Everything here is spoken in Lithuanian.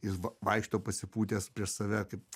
jis vaikšto pasipūtęs prieš save kaip